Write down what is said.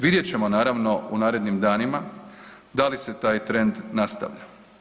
Vidjet ćemo naravno u narednim danima da li se taj trend nastavlja.